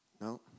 No